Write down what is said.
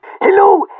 Hello